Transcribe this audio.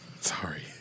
Sorry